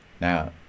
Now